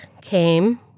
came